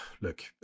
look